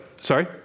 Sorry